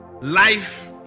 Life